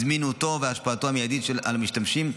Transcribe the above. זמינותו והשפעתו המיידית על המשתמשים,